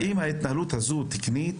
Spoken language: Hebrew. האם ההתנהלות הזו תקנית?